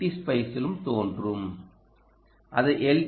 D ஸ்பைஸிலும் தோன்றும் அதை எல்